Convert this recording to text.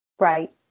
right